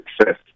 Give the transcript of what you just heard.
success